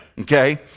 okay